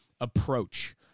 approach